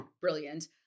brilliant